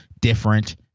different